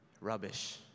rubbish